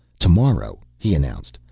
tomorrow, he announced,